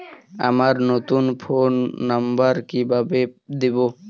আমার নতুন phone number কিভাবে দিবো?